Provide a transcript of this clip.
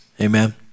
Amen